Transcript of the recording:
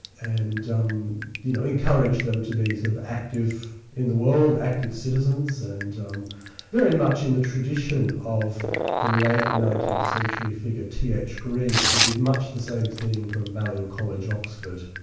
and um you know encouraged them to be sort of active in the world, active citizens, and um very much in the tradition of the late nineteenth century figure, t. h. green, who did much the same thing from balliol college, oxford.